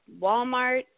Walmart